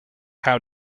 how